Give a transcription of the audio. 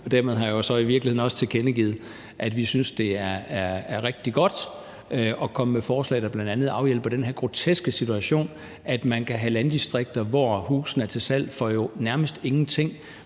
virkeligheden også tilkendegivet, at vi synes, det er rigtig godt at komme med forslag, der bl.a. afhjælper den her groteske situation, at man kan have landdistrikter, hvor husene er til salg for jo nærmest ingenting,